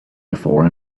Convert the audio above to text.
before